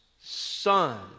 Son